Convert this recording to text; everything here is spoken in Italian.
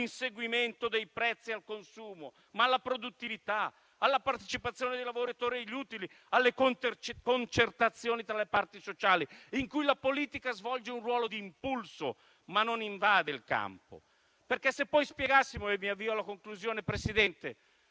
all'inseguimento dei prezzi al consumo, ma alla produttività, alla partecipazione dei lavoratori agli utili, alle concertazioni tra le parti sociali, in cui la politica svolge un ruolo di impulso ma non invade il campo. Se poi spiegassimo che dietro questa